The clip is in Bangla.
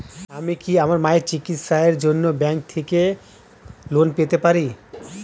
আমি কি আমার মায়ের চিকিত্সায়ের জন্য ব্যঙ্ক থেকে লোন পেতে পারি?